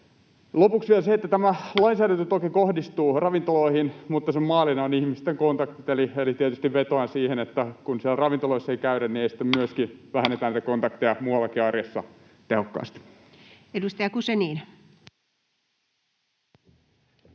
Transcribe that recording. koputtaa] että tämä lainsäädäntö toki kohdistuu ravintoloihin, mutta sen maalina ovat ihmisten kontaktit, eli tietysti vetoan siihen, että kun siellä ravintoloissa ei käydä, niin sitten myöskin vähennetään niitä kontakteja muuallakin arjessa tehokkaasti. Edustaja Guzenina.